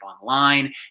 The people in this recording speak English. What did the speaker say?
online